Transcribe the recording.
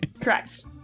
Correct